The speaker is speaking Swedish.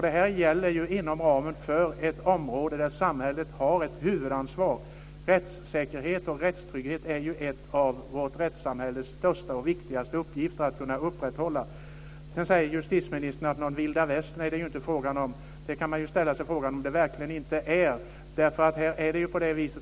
Det här gäller ju ett område där samhället har ett huvudansvar. Att upprätthålla rättssäkerhet och rättstrygghet är ju en av vårt rättssamhälles största och viktigaste uppgifter. Sedan säger justitieministern att någon vilda västern är det inte fråga om. Man kan verkligen fråga sig om det inte är just detta det är.